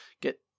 Get